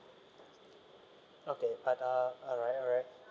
okay but uh alright alright